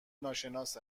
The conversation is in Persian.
ناشناس